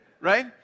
Right